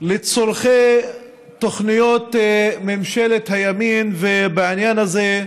לצורכי תוכניות ממשלת הימין, ובעניין הזה,